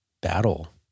battle